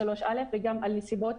נסיבות